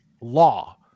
law